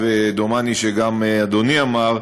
שאמרת, ונדמה לי שגם אדוני אמר,